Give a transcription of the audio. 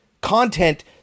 content